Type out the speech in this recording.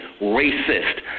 racist